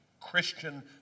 Christian